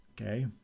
Okay